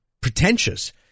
pretentious